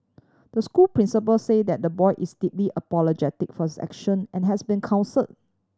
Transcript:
the school principal say that the boy is deeply apologetic for his action and has been counsel